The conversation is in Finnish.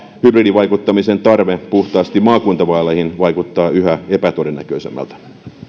hybridivaikuttamisen tarve puhtaasti maakuntavaaleihin vaikuttaa yhä epätodennäköisemmältä